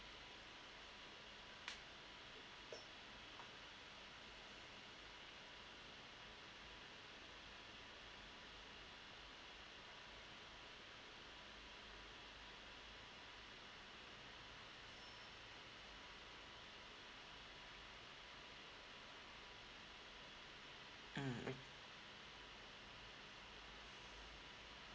mm uh